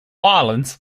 orleans